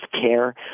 care